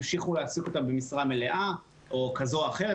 המשיכו להעסיק אותם במשרה מלאה כזו או אחרת,